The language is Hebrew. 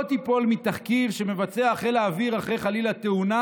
תיפול מתחקיר שמבצע חיל האוויר אחרי תאונה,